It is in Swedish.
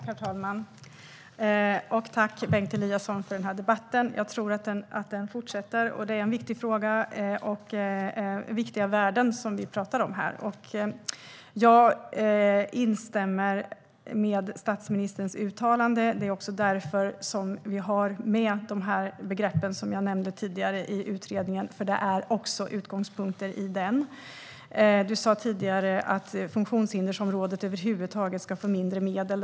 Herr talman! Tack, Bengt Eliasson, för debatten! Jag tror att den fortsätter. Det är en viktig fråga och viktiga värden som vi pratar om här. Jag instämmer i statsministerns uttalande. Det är också därför som vi har med de begrepp som jag nämnde tidigare i utredningen. De är nämligen också utgångspunkter i den. Du sa tidigare att funktionshindersområdet över huvud taget ska få mindre medel.